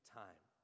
time